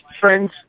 friends